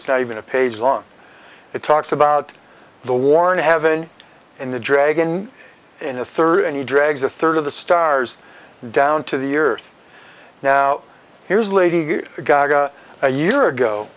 it's not even a page on it talks about the war in heaven and the dragon in the third and he drags a third of the stars down to the earth now here's lady gaga a year ago